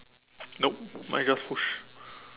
nope mine just push